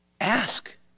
ask